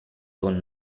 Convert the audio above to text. con